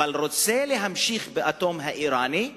אבל רוצה להמשיך באטום האירני,